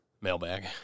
mailbag